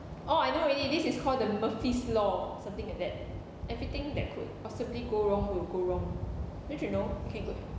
oh I know already this is called the murphy's law something like that everything that could possibly go wrong will go wrong don't you know okay good